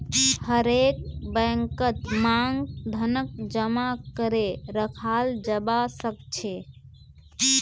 हरेक बैंकत मांग धनक जमा करे रखाल जाबा सखछेक